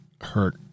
hurt